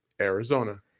Arizona